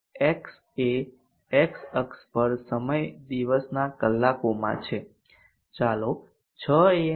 X એ છે x અક્ષ પર સમય દિવસના કલાકોમાં છે ચાલો 6 a